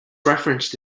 referenced